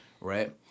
right